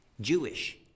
Jewish